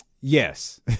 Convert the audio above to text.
Yes